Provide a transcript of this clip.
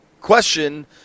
question